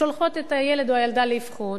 שולחות את הילד או הילדה לאבחון,